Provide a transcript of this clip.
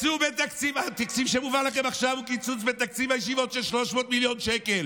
התקציב שמובא לכם עכשיו הוא קיצוץ בתקציב הישיבות של 300 מיליון שקל,